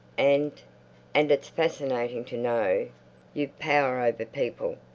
and and it's fascinating to know you've power over people.